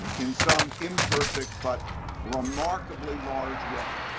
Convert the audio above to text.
in some imperfect but remarkably large way.